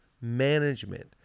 management